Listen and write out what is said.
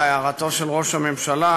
להערתו של ראש הממשלה,